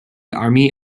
army